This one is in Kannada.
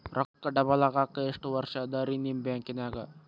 ರೊಕ್ಕ ಡಬಲ್ ಆಗಾಕ ಎಷ್ಟ ವರ್ಷಾ ಅದ ರಿ ನಿಮ್ಮ ಬ್ಯಾಂಕಿನ್ಯಾಗ?